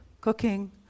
cooking